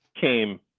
came